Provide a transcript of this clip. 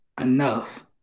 enough